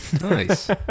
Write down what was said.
Nice